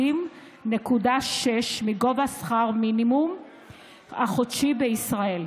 ל-56.6% מגובה שכר המינימום החודשי בישראל.